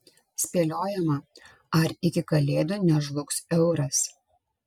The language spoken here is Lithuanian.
spėliojama ar iki kalėdų nežlugs euras